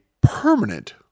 permanent